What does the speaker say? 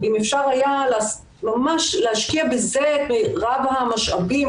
אם אפשר היה ממש להשקיע בזה את מירב המשאבים,